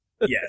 Yes